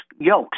yolks